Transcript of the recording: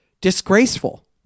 disgraceful